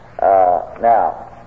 Now